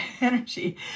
energy